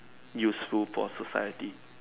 useful for society